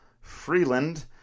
Freeland